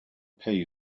pay